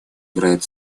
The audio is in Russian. играет